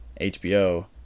hbo